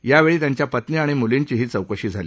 यावेळी त्यांच्या पत्नी आणि मुलींचीही चौकशी झाली